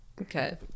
okay